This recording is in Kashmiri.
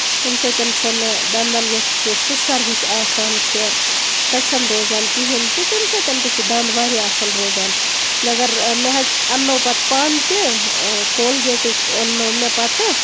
تَمہِ سۭتۍ چھُنہٕ دَنٛدَن یۄس سُہ سٕسر ہِش آسان چھےٚ سۄ چھےٚ نہٕ روزان کِہیٖنٛۍ تہِ تَمہِ سۭتۍ تہِ چھِ دَنٛد واریاہ اَصٕل روزان مَگر مےٚ حظ اَننو پَتہٕ پانہٕ تہِ کولگیٹٕے اَننو مےٚ پَتہٕ